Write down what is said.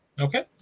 Okay